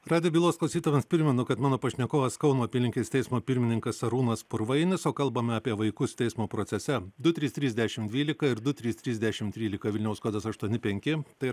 rdijo bylos klausytojams primenu kad mano pašnekovas kauno apylinkės teismo pirmininkas arūnas purvainis o kalbame apie vaikus teismo procese du trys trys dešimt dvylika ir du trys trys dešimt trylika vilniaus kodas aštuoni penki tai